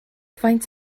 faint